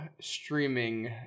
streaming